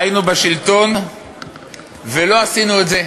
היינו בשלטון ולא עשינו את זה.